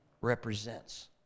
represents